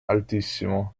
altissimo